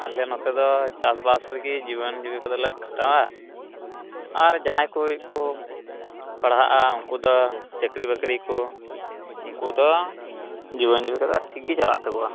ᱟᱞᱮ ᱱᱚᱛᱮ ᱫᱚ ᱪᱟᱥᱼᱵᱟᱥ ᱨᱮᱜᱮ ᱡᱤᱵᱚᱱᱼᱡᱤᱵᱤᱠᱟ ᱫᱚᱞᱮ ᱠᱷᱟᱸᱰᱟᱣᱟ ᱟᱨ ᱡᱟᱦᱟᱸᱭ ᱠᱚ ᱠᱚ ᱯᱟᱲᱦᱟᱜᱼᱟ ᱩᱱᱠᱩ ᱫᱚ ᱪᱟᱹᱠᱨᱤᱼᱵᱟᱹᱠᱨᱤᱭᱟᱠᱚ ᱩᱱᱠᱩ ᱫᱚ ᱡᱤᱵᱚᱱᱼᱡᱤᱵᱤᱠᱟ ᱫᱚ ᱴᱷᱤᱠ ᱜᱮ ᱪᱟᱞᱟᱜ ᱛᱟᱠᱚᱣᱟ